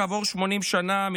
כעבור 80 שנה,